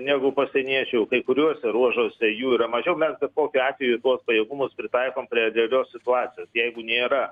negu pasieniečių kai kuriuose ruožuose jų yra mažiau mes bet kokiu atveju tuos pajėgumus pritaikom prie realios situacijos jeigu nėra